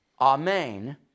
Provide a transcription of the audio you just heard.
Amen